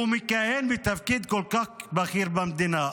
והוא מכהן בתפקיד כל כך בכיר במדינה.